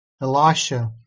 Elisha